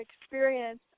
experience